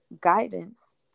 guidance